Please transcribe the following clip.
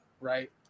right